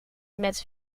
met